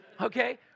okay